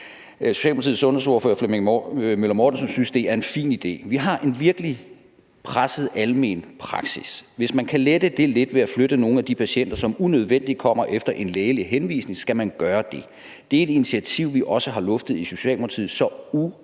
»Socialdemokratiets sundhedsordfører, Flemming Møller Mortensen, synes, at det er en fin idé. »Vi har en virkelig presset almen praksis. Hvis man kan lette det lidt ved at flytte nogle af de patienter, som unødvendigt kommer efter en lægelig henvisning, skal man gøre det. Det er et initiativ, vi også har luftet i Socialdemokratiet, så uanset